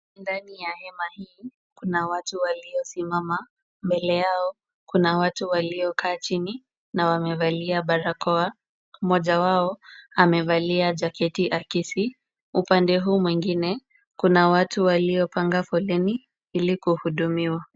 Ndani ya hema hii, kuna watu waliosimama, mbele yao kuna watu waliokaa chini, na wamevalia barakoa, mmoja wao amevalia jaketi akisi , upande huu mwingie kuna wale wamepanga foleni ili kuhudumiwa